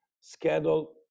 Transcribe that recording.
schedule